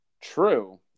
true